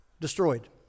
destroyed